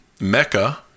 Mecca